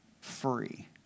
free